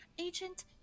Agent